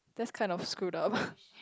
that's kind of screwed up